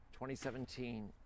2017